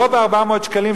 לא ב-400 שקלים,